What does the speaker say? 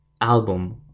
album